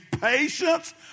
patience